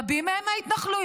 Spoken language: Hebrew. רבים מהם מההתנחלויות,